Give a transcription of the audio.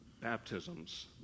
baptisms